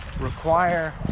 require